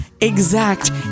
exact